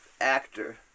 Actor